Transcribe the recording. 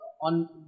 on